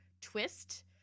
twist